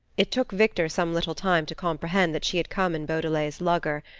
it took victor some little time to comprehend that she had come in beaudelet's lugger,